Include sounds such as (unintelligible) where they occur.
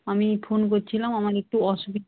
আমি ফোন করছিলাম আমার একটু (unintelligible)